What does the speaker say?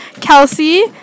Kelsey